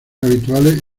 habituales